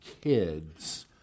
kids